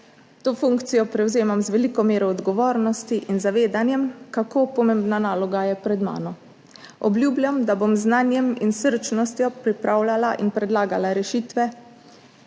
To funkcijo prevzemam z veliko mero odgovornosti in zavedanjem kako pomembna naloga je pred mano. Obljubljam, da bom z znanjem in srčnostjo pripravljala in predlagala rešitve,